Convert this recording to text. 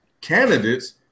candidates –